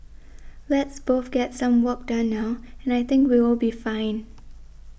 let's both get some work done now and I think we will be fine